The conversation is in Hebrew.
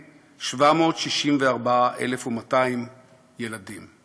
764,200 מהם ילדים.